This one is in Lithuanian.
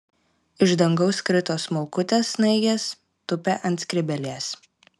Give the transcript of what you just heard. iš dangaus krito smulkutės snaigės tūpė ant skrybėlės